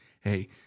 hey